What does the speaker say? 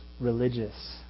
religious